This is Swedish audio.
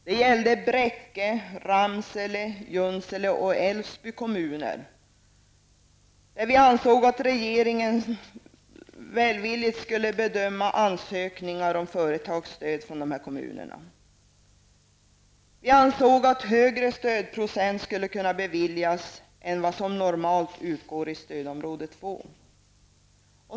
Det gällde Bräcke, Ramsele, Junsele och Älvsby kommuner. Vi ansåg att regeringen välvilligt skulle bedöma ansökningar från de här kommunerna om företagsstöd. Vi ansåg också att en högre stödprocent skulle kunna beviljas än vad som normalt utgår i stödområde 2.